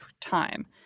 time